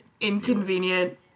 inconvenient